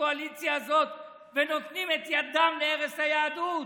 הקואליציה הזאת ונותנים את ידם להרס היהדות.